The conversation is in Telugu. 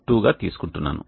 2గా తీసుకుంటున్నాను